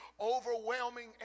overwhelming